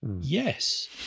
Yes